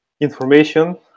information